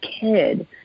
kid